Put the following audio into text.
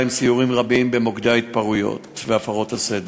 סיורים רבים במוקדי ההתפרעויות והפרות הסדר.